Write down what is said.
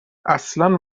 اصلا